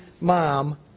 mom